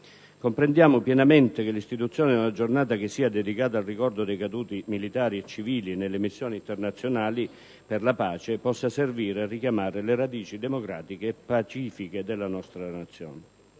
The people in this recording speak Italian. Comprendiamo pienamente che l'istituzione di una giornata che sia dedicata al ricordo dei caduti militari e civili nelle missioni internazionali per la pace possa servire a richiamare le radici democratiche e pacifiche della nostra Nazione.